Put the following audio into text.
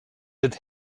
that